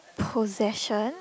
possession